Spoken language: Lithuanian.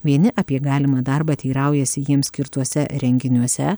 vieni apie galimą darbą teiraujasi jiems skirtuose renginiuose